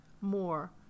more